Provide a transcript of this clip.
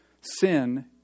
Sin